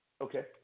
okay